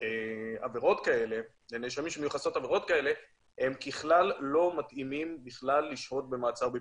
עבירות כאלה הם ככלל לא מתאימים בכלל לשהות במעצר בפיקוח.